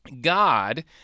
God